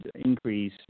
increase